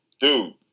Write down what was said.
dude